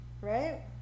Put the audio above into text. right